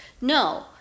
No